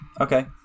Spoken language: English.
Okay